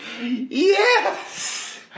Yes